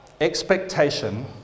Expectation